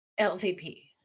LVP